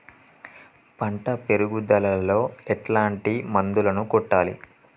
పంట పెరుగుదలలో ఎట్లాంటి మందులను కొట్టాలి?